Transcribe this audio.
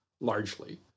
largely